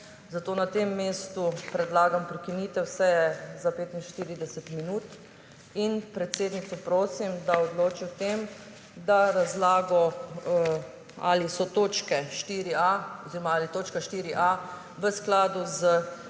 zato na tem mestu predlagam prekinitev seje za 45 minut in predsednico prosim, da odloči o tem, da da razlago, ali je točka 4.a v skladu s